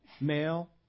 male